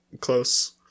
close